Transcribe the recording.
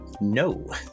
No